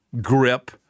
grip